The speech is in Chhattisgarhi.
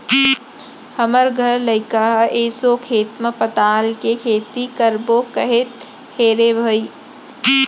हमर घर लइका ह एसो खेत म पताल के खेती करबो कहत हे रे भई